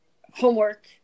homework